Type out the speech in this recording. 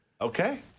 Okay